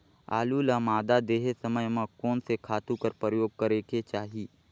आलू ल मादा देहे समय म कोन से खातु कर प्रयोग करेके चाही?